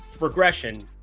regression